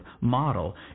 model